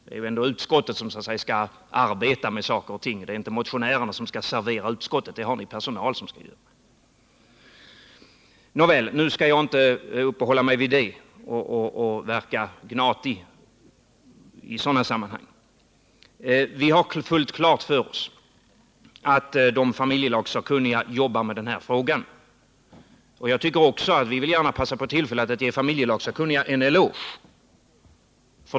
Det är ändå utskottet som skall arbeta med saker och ting; det är inte motionärerna som skall servera dem för utskottet, utan vi har särskild personal som skall göra det. Nåväl, nu vill jag inte uppehålla mig mera vid det i detta sammanhang och verka gnatig. Vi har fullt klart för oss att de familjelagssakunniga jobbar med den här frågan, och vi vill ge dem en eloge.